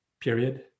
period